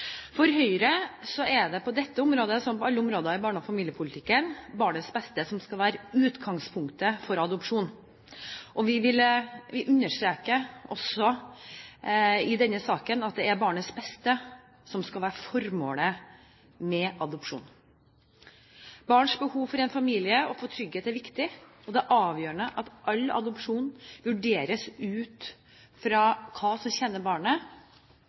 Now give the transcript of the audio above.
For Høyre er det på dette området, som på alle områder i barne- og familiepolitikken, barnets beste som skal være utgangspunktet for adopsjon. Vi understreker også i denne saken at det er barnets beste som skal være formålet med adopsjon. Barns behov for en familie og trygghet er viktig, og det er avgjørende at all adopsjon vurderes ut fra hva som tjener barnet,